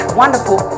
wonderful